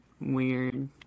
weird